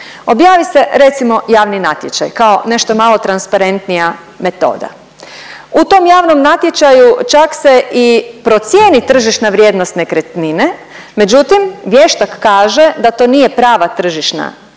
Objavi se recimo javni natječaj kao nešto je malo transparentnija metoda. U tom javnom natječaju čak se i procijeni tržišna vrijednost nekretnine, međutim vještak kaže da to nije prava tržišna cijena